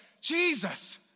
Jesus